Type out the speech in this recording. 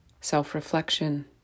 self-reflection